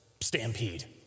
stampede